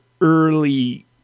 early